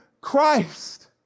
Christ